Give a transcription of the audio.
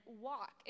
walk